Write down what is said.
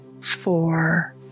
four